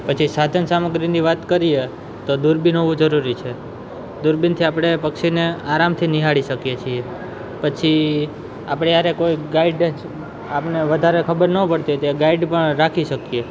પછી સાધન સામગ્રીની વાત કરીએ તો દૂરબીન હોવું જરૂરી છે દૂરબીનથી આપણે પક્ષીને આરામથી નિહાળી શકીએ છીએ પછી આપણે હારે કોઈ ગાઈડન્સ આપને વધારે ખબર ના પડતી હોયતો એક ગાઈડ પણ રાખી શકીએ